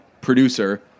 producer